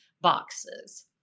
boxes